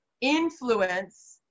influence